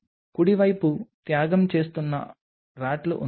కుడివైపు త్యాగం చేస్తున్న RATలు ఉన్నాయి